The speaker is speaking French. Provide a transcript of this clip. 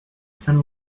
saint